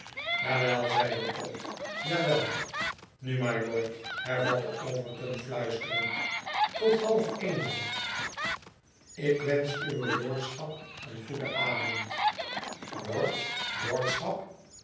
wei zeide trott ja wel nu mylord hervatte overton fluisterend tot half een dan ik wensch uwe lordschap een goeden avond lord lordschap